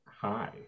Hi